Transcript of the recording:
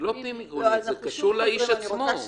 זה לא פנים ארגונית, זה קשור לאיש עצמו.